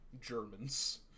Germans